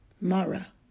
Mara